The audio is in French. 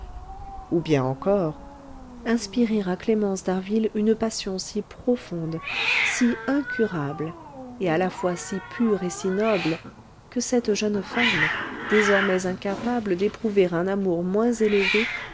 ou bien encore inspirer à clémence d'harville une passion si profonde si incurable et à la fois si pure et si noble que cette jeune femme désormais incapable d'éprouver un amour moins élevé